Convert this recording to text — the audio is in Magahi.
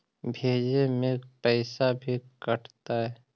भेजे में पैसा भी कटतै?